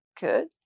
good